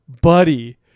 Buddy